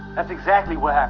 that's exactly what